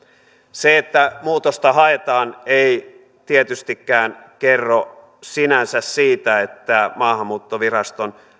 se että muutosta haetaan ei tietystikään kerro sinänsä siitä että maahanmuuttoviraston